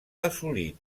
assolit